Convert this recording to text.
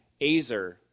azer